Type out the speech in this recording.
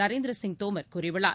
நரேந்திர சிங் தோமர் கூறியுள்ளார்